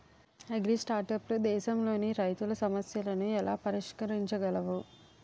అగ్రిస్టార్టప్లు దేశంలోని రైతుల సమస్యలను ఎలా పరిష్కరించగలవు?